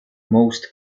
most